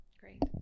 great